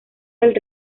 del